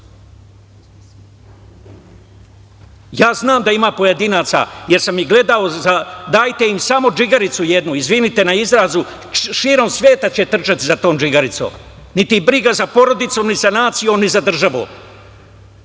radite. Znam da ima pojedinaca, jer sam ih gledao, dajte im samo džigericu jednu, izvinite na izrazu, širom sveta će trčati za tom džigericom. Niti briga za porodicom, ni za naciju, ni za državu.